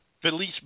Felice